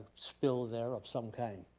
spill there of some kind.